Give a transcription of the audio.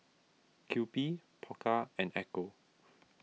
Kewpie Pokka and Ecco